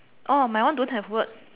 my one don't have word